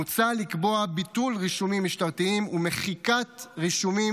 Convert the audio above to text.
מוצע לקבוע ביטול רישומים משטרתיים ומחיקת רישומים